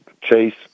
Chase